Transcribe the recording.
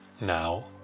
Now